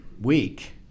week